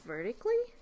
Vertically